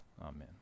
Amen